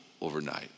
overnight